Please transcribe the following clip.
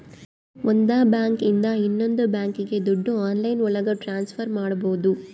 ಒಂದ್ ಬ್ಯಾಂಕ್ ಇಂದ ಇನ್ನೊಂದ್ ಬ್ಯಾಂಕ್ಗೆ ದುಡ್ಡು ಆನ್ಲೈನ್ ಒಳಗ ಟ್ರಾನ್ಸ್ಫರ್ ಮಾಡ್ಬೋದು